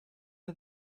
did